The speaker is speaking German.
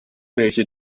welche